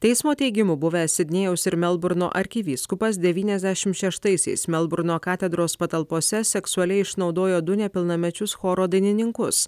teismo teigimu buvęs sidnėjaus ir melburno arkivyskupas devyniasdešimt šeštaisiais melburno katedros patalpose seksualiai išnaudojo du nepilnamečius choro dainininkus